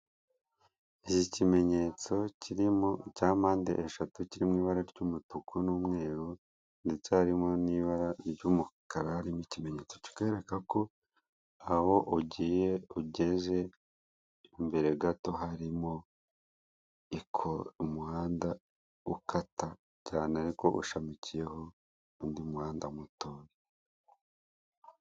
Iki kimenyetso kirimo cya mpande eshatu kiri mu ibara ry'umutuku n'umweru ndetse harimo n'ibara ry'umukara, ni ikimenyetso kikwereka ko aho ugiye ugeze imbere gato harimo iko umuhanda ukata cyane ariko ushamikiyeho undi muhanda muto.